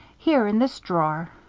here, in this drawer.